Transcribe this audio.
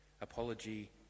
apology